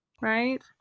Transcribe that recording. Right